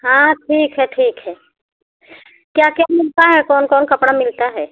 हाँ ठीक है ठीक है क्या क्या मिलता है कौन कौन कपड़ा मिलता है